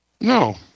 No